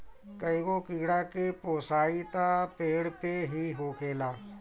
कईगो कीड़ा के पोसाई त पेड़ पे ही होखेला